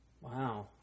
Wow